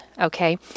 Okay